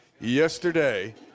Yesterday